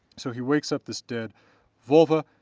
so he wakes up this dead volva,